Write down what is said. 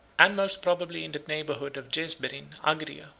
and most probably in the neighborhood of jezberin, agria,